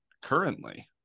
currently